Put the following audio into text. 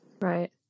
Right